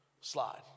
slide